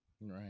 Right